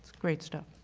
great stuff.